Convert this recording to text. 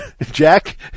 Jack